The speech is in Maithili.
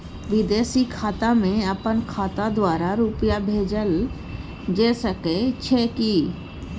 विदेशी खाता में अपन खाता द्वारा रुपिया भेजल जे सके छै की?